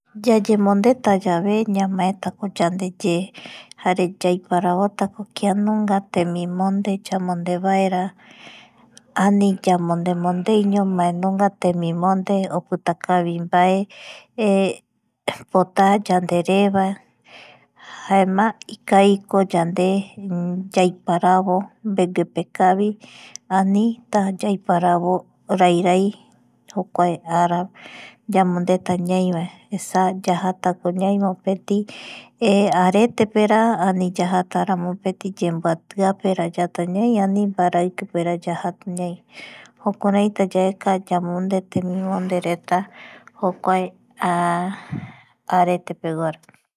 Yayemondetayave ñamaetako yandeye jare yaiparavotako kia nunga temimonde yamonde vaera ani yamondemondeiño mbae nunga temimonde opita kavi mbae opitaa yanderevae jaema ikaviko yande yaiparavo mbeguepekavi anita yaiparavo rairai jokua ara yamondeta ñaivae esa yajatako ñai mopeti araetepera ani mopeti yemboatiapera yata ñani ani mabaraikipera yajata ñai jukuraita yaeka temimondereta jokuae aretepeguara